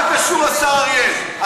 מה קשור השר אריאל?